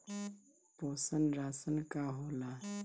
पोषण राशन का होला?